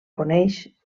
coneix